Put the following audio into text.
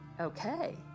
okay